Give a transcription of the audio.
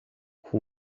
who